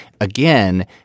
Again